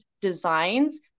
designs